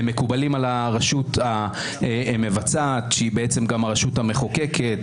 הם מקובלים על הרשות המבצעת שהיא גם הרשות המחוקקת?